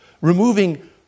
removing